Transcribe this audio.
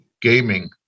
gaming